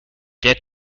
der